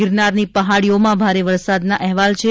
ગિરનારની પહાડીઓમાં ભારે વરસાદના અહેવાલ છે